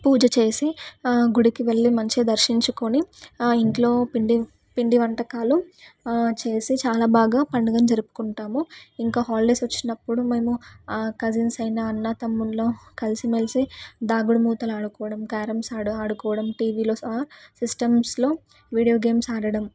పూజ చేసి గుడికి వెళ్ళి మంచిగా దర్శించుకొని ఇంట్లో పిండి పిండి వంటకాలు చేసి చాలా బాగా పండుగను జరుపుకుంటాము ఇంకా హాలిడేస్ వచ్చినప్పుడు మేము కజిన్స్ అయిన అన్నదమ్ముల్లు కలిసిమెలిసి దాగుడుమూతలు ఆడుకోవడం క్యారమ్స్ ఆడు ఆడుకోవడం టీవీలో సిస్టమ్స్లో వీడియో గేమ్స్ ఆడడం